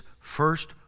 first